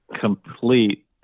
complete